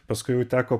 paskui jau teko